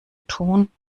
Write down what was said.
tun